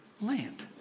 land